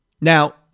Now